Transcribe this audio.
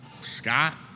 Scott